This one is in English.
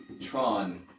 Tron